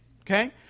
okay